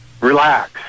relax